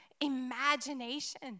imagination